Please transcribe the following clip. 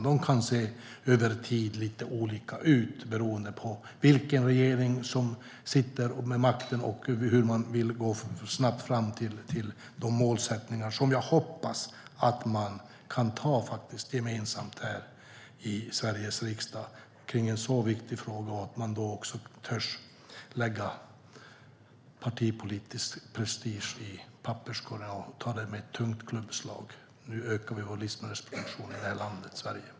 De kan se olika ut över tid beroende vilken regering som har makten och hur man snabbt vill nå de mål som jag hoppas att man kan anta gemensamt här i Sveriges riksdag och att man i en så viktig fråga törs lägga partipolitisk prestige i papperskorgen och anta målsättningarna med ett tungt klubbslag. Nu ökar vi vår livsmedelsproduktion i landet Sverige.